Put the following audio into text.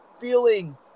feeling